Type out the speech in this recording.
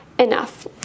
Enough